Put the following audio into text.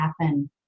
happen